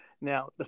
now